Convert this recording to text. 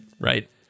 right